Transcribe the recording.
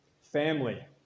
Family